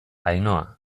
ainhoa